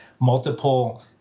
multiple